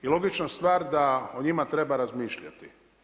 I logična stvar da o njima treba razmišljati.